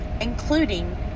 including